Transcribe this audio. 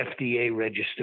FDA-registered